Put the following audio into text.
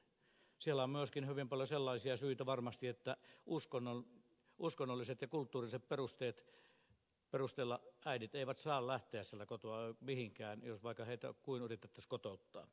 siellä on myöskin hyvin paljon sellaisia syitä varmasti että uskonnollisilla ja kulttuurisilla perusteilla äidit eivät saa lähteä sieltä kotoa mihinkään jos vaikka heitä kuinka yritettäisiin kotouttaa